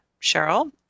Cheryl